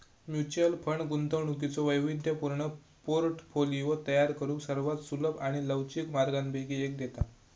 mutual fund गुंतवणुकीचो वैविध्यपूर्ण portfolio तयार करुक सर्वात सुलभ आणि लवचिक मार्गांपैकी एक देता